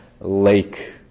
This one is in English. lake